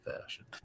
fashion